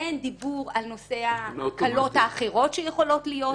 אין דיבור על נושא הקלות האחרות שיכולות להיות.